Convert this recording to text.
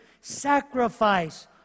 sacrifice